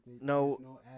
no